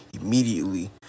immediately